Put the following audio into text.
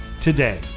today